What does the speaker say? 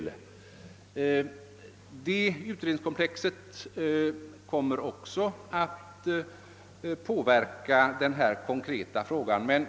Också detta utredningskomplex kommer att påverka den konkreta fråga vi diskuterar.